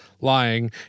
Lying